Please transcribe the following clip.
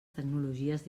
tecnologies